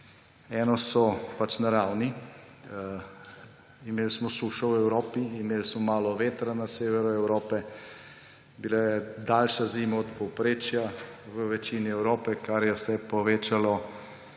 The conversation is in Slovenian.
Eno so naravni vzroki, imeli smo sušo v Evropi, imeli smo malo vetra na severu Evrope, bila je daljša zima od povprečja v večini Evrope, kar je vse povečalo